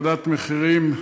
מהורדת מחירים,